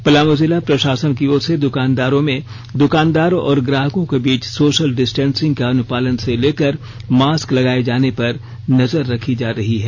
पलामू जिला प्रशासन की ओर से द्कानों में द्कानदार और ग्राहकों के बीच सोशल डिस्टेंसिंग को अनुपालन से लेकर मास्क लगाए जाने पर नजर रखी जा रही है